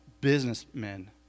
businessmen